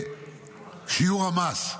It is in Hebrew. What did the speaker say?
שיעור המס.